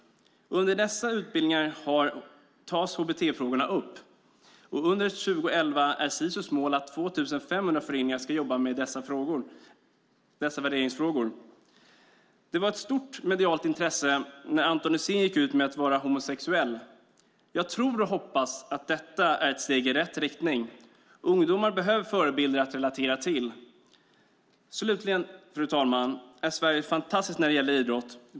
Under dessa utbildningar tas hbt-frågorna upp. Under 2011 är Sisus mål att 2 500 föreningar ska jobba med dessa värderingsfrågor. Det var ett stort medialt intresse när Anton Hysén gick ut med att vara homosexuell. Jag tror och hoppas att detta är ett steg i rätt riktning. Ungdomar behöver förebilder att relatera till. Slutligen, fru talman, är Sverige fantastiskt när det gäller idrott.